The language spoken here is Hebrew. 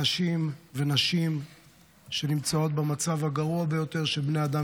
אנשים ונשים שנמצאים במצב הגרוע ביותר שבני אדם